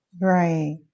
Right